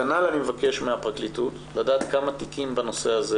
כנ"ל אני מבקש מהפרקליטות לדעת כמה תיקים בנושא הזה